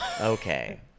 Okay